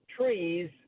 trees